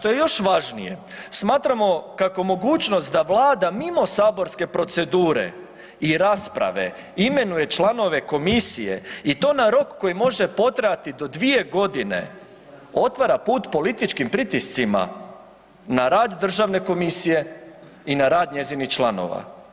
A što je još važnije smatramo kako mogućnost da Vlada mimo saborske procedure i rasprave imenuje članove komisije i to na rok koji može potrajati do dvije godine, otvara put političkim pritiscima na rad državne komisije i na rad njezinih članova.